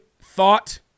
thought